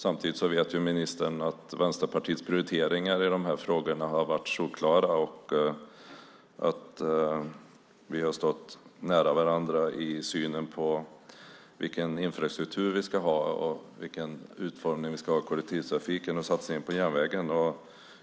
Samtidigt vet ministern att Vänsterpartiets prioriteringar i de här frågorna har varit solklara och att vi har stått nära varandra i synen på vilken infrastruktur vi ska ha, vilken utformning kollektivtrafiken ska ha och satsningen på järnvägen.